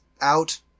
out